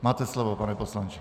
Máte slovo, pane poslanče.